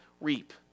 reap